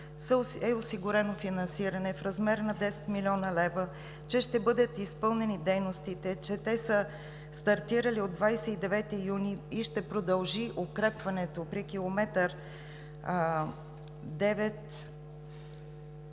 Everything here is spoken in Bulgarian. е осигурено финансиране в размер на 10 млн. лв., че ще бъдат изпълнени дейностите, че те са стартирали от 29 юни и ще продължи укрепването при км 9+970